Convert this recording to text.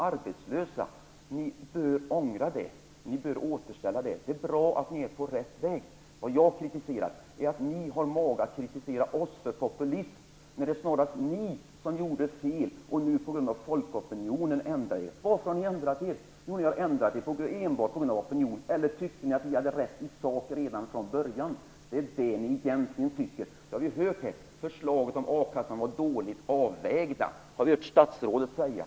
Ni bör ångra det. Ni bör återställa det. Det är bra att ni är på rätt väg. Vad jag kritiserar är att ni har mage att kritisera oss för populism, när det snarast är ni som gjorde fel och nu på grund av folkopinionen har ändrat er. Varför har ni ändrat er? Jo, ni har ändrat er enbart på grund av opinionen. Eller tyckte ni att ni hade rätt i sak redan från början? Det är det ni egentligen tycker. Det har vi ju hört här. Förslaget om a-kassan var dåligt avvägt. Det har vi hört statsrådet säga.